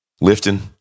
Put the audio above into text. lifting